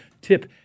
tip